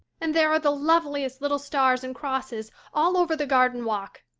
and there are the loveliest little stars and crosses all over the garden walk.